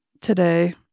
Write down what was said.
today